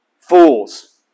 fools